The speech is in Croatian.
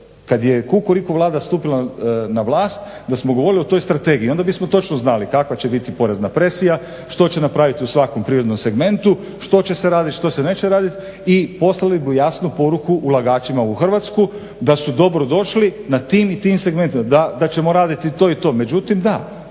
kad je Kukuriku vlada stupila na vlast da smo govorili o toj strategiji onda bismo točno znali kakva će biti porezna presija, što će napraviti u svakom prirodnom segmentu što će se raditi, što se neće raditi i poslali bi jasnu poruku ulagačima u Hrvatsku da su dobrodošli na tim i tim segmentima, da ćemo raditi to i to.